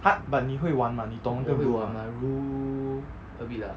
!huh! but 你会玩吗你懂那个 rule 吗